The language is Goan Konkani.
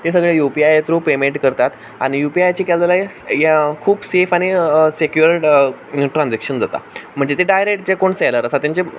ते सगळे U P I through payment करतात आनी युपीआयचेर केल जाल्यार खूब सेफ आनी सिक्युअर्ड ट्रान्सेकशन जाता म्हणचे ते डायरेक्ट जे कोण सेलर आसा तेंचे